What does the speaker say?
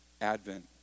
Advent